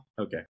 okay